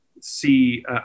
see